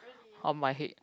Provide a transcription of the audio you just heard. on my head